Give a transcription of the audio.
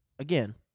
Again